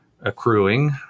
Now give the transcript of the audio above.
accruing